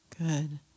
Good